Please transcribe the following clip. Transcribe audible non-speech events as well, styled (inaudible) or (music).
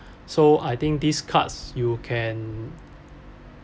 (breath) so I think these cards you can